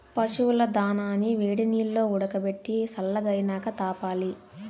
పశువుల దానాని వేడినీల్లో ఉడకబెట్టి సల్లగైనాక తాపాలి